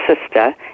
sister